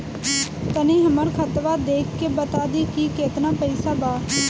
तनी हमर खतबा देख के बता दी की केतना पैसा बा?